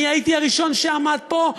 אני הייתי הראשון שעמד פה,